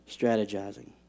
strategizing